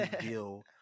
deal